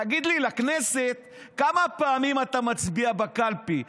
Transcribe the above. תגיד לי, לכנסת, כמה פעמים אתה מצביע בקלפי?